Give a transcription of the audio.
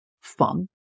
fun